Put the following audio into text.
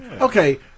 Okay